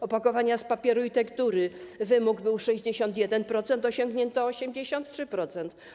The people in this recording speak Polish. Opakowania z papieru i tektury, wymóg był 61%, osiągnięto - 83%.